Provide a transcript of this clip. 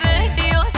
Radio